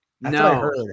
No